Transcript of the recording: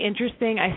interesting